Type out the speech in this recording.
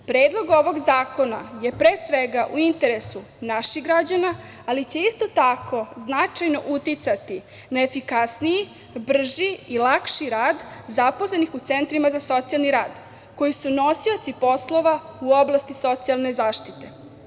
Predlog ovog zakona je pre svega u interesu naših građana, ali će isto tako značajno uticati na efikasniji, brži i lakši rad zaposlenih u centrima za socijalni rad koji su nosioci poslova u oblasti socijalne zaštite.